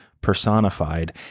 personified